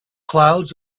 clouds